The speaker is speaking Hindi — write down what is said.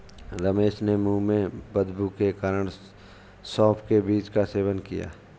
रमेश ने मुंह में बदबू के कारण सौफ के बीज का सेवन किया